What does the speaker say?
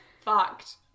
fucked